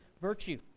virtue